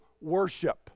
worship